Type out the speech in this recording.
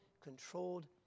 controlled